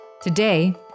Today